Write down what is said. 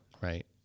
Right